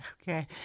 Okay